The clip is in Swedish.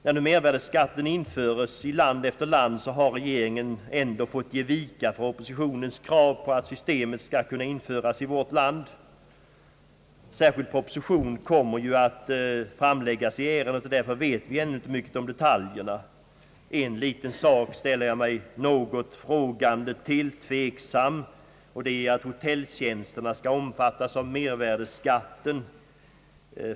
När nu mervärdeskatten införes i land efter land har regeringen ändå fått ge vika för oppositionens krav på att systemet också skall införas i vårt land. Särskild proposition kommer att framläggas i ärendet, och därför vet vi ännu inte mycket om detaljerna. En sak ställer man sig dock redan nu något tveksam till, nämligen att hotell tjänsterna skall omfattas av mervärdeskatten.